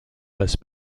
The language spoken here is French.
base